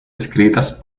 escritas